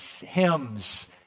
hymns